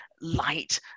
light